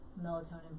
melatonin